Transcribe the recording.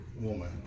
woman